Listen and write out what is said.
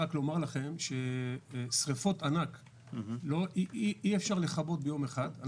רק לומר לכם ששריפות ענק אי אפשר לכבות ביום אחד.